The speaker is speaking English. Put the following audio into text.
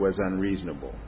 was unreasonable